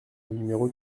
numéro